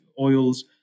oils